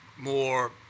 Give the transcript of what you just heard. more